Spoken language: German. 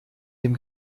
dem